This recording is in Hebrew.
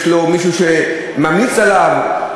יש לו מישהו שממליץ עליו,